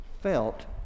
felt